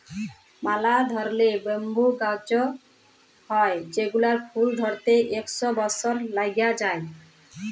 ম্যালা ধরলের ব্যাম্বু গাহাচ হ্যয় যেগলার ফুল ধ্যইরতে ইক শ বসর ল্যাইগে যায়